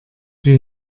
wir